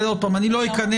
לא אכנס